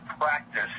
practice